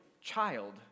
child